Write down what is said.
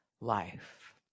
life